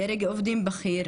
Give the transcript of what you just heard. דרג עובדים בכיר,